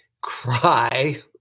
cry